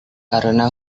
karena